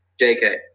JK